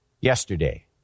yesterday